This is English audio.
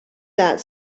that